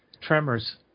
Tremors